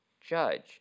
judge